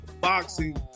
boxing